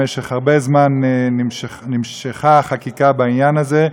במשך הרבה זמן נמשכה החקיקה בעניין הזה,